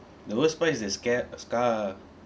the worst part is the sca~ scar